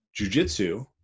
jujitsu